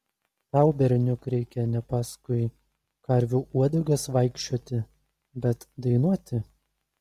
tau berniuk reikia ne paskui karvių uodegas vaikščioti bet dainuoti